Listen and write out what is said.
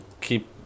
keep